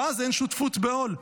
ואז אין שותפות בעול.